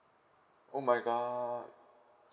oh my god